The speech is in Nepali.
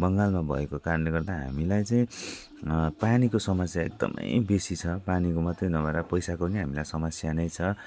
बङ्गालमा भएको कारणले गर्दा हामीलाई चाहिँ पानीको समस्या एकदमै बेसी छ पानीको मात्रै नभएर पैसाको नि हामीलाई समस्या नै छ